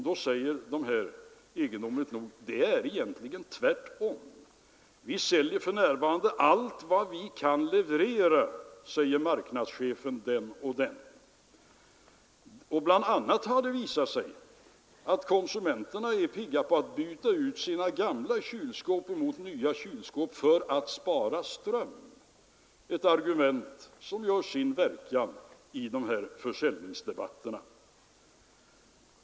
De svarar egendomligt nog att det egentligen är tvärtom, de säljer för närvarande allt vad de kan leverera. Bl. a. har det visat sig att konsumenterna är pigga på att byta ut sina gamla kylskåp mot nya för att spara ström. Det är ett argument som har sin verkan i de här försäljningsdebatterna.